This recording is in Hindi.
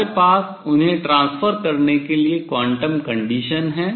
हमारे पास उन्हें transfer स्थानांतरित करने के लिए quantum condition क्वांटम प्रतिबन्ध है